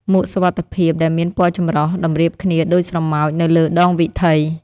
មួកសុវត្ថិភាពដែលមានពណ៌ចម្រុះតម្រៀបគ្នាដូចស្រមោចនៅលើដងវិថី។